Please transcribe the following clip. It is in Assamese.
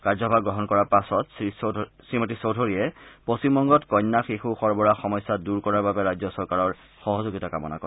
কাৰ্যভাৰ গ্ৰহণ কৰাৰ পাছত শ্ৰীমতী চৌধুৰীয়ে পশ্চিমবংগত কন্যা শিশু সৰবৰাহ সমস্যা দূৰ কৰাৰ বাবে ৰাজ্য চৰকাৰৰ সহযোগিতা কামনা কৰে